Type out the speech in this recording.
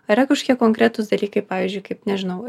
yra kažkokie konkretūs dalykai pavyzdžiui kaip nežinau